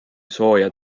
sooja